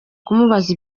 kumubaza